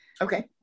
Okay